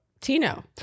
Tino